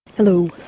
hello,